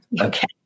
Okay